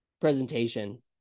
presentation